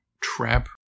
trap